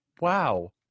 wow